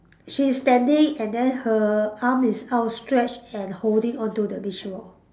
she's standing and then her arm is out stretch and holding onto the beach ball